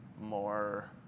more